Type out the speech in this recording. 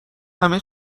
همه